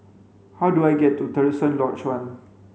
how do I get to Terusan Lodge One